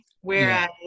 Whereas